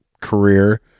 career